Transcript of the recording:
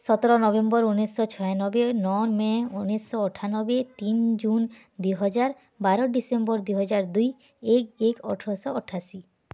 ସତର ନଭେମ୍ବର ଉଣେଇଶହ ଛୟାନବେ ନଅ ମେ ଉଣେଇଶହ ଅଠାନବେ ତିନି ଜୁନ୍ ଦୁଇହଜାର ବାର ଡିସେମ୍ବର ଦୁଇହଜାର ଦୁଇ ଏକ ଏକ ଅଠରଶହ ଅଠାଅଶୀ